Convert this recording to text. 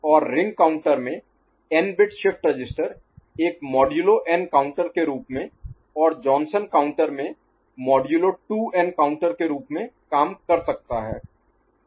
और ring counter में N bit shift register एक मॉडुलो एन काउंटर के रूप में और जॉनसन काउंटर में मोडुलो 2 एन काउंटर के रूप में काम कर सकता है